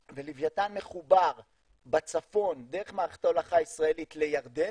ולווייתן מחובר בצפון דרך מערכת ההולכה הישראלית לירדן,